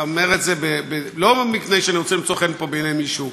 אני אומר את זה לא מפני שאני רוצה למצוא חן פה בעיני מישהו,